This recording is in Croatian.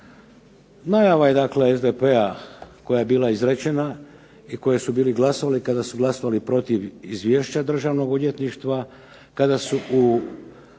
Najava je dakle SDP-a koja je bila izrečena, i koji su bili glasovali, kada su glasovali protiv izvješća Državnog odvjetništva kada su u